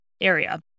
area